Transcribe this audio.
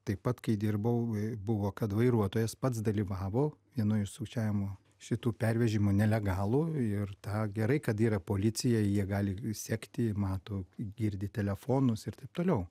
taip pat kai dirbau buvo kad vairuotojas pats dalyvavo vienoj iš sukčiavimo šitų pervežimų nelegalų ir tą gerai kad yra policija jie gali sekti mato girdi telefonus ir taip toliau